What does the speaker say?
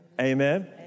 Amen